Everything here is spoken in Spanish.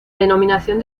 denominación